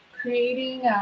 creating